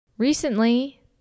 Recently